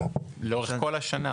לאורך כל השנה?